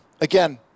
Again